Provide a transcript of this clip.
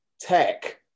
tech